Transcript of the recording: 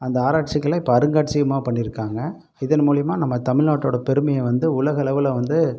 அந்த ஆராய்ச்சிகளை இப்போ அருங்காட்சியகமாக பண்ணியிருக்காங்க இதன் மூலிமா நம்ம தமிழ்நாட்டோடய பெருமையை வந்து உலக அளவில் வந்து